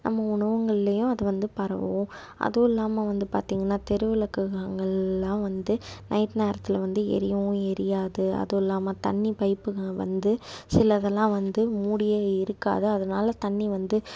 நம்ம உணவுங்கள்லையும் அது வந்து பரவும் அது இல்லாமல் வந்து பார்த்தீங்கன்னா தெரு விளக்குகள்லாம் வந்து நைட் நேரத்தில் வந்து எரியவும் எரியாது அதில்லாம தண்ணி பைப்புங்க வந்து சிலதெலாம் வந்து மூடியே இருக்காது அதனால் தண்ணி வந்து